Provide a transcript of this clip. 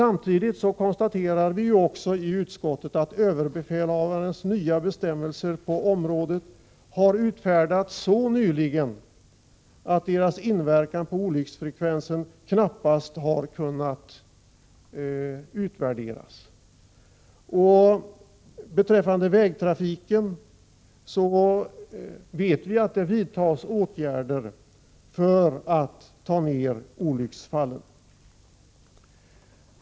Samtidigt konstaterar vi i utskottet att överbefälhavarens bestämmelser på området har utfärdats så nyligen att deras inverkan på olycksfallsfrekvensen knappast har kunnat utvärderas. Beträffande vägtrafiken vet vi att det vidtas åtgärder för att få ned antalet olycksfall.